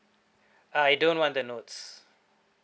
I don't want the notes